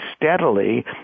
steadily